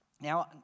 Now